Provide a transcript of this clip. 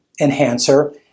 enhancer